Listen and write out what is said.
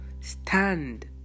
stand